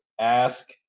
ask